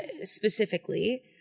specifically